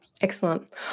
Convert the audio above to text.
Excellent